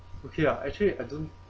okay lah actually I don't